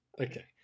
Okay